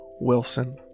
wilson